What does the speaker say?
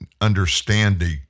understanding